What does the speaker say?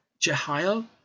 Jehiel